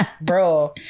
Bro